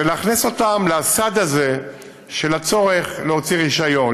ולהכניס אותם לסד הזה של הצורך להוציא רישיון,